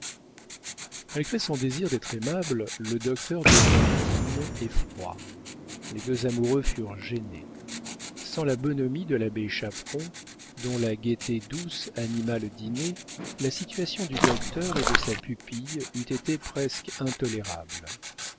malgré son désir d'être aimable le docteur devint digne et froid les deux amoureux furent gênés sans la bonhomie de l'abbé chaperon dont la gaieté douce anima le dîner la situation du docteur et de sa pupille eût été presque intolérable